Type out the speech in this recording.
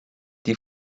die